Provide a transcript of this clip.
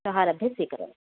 श्वः आरभ्य स्वीकरोमि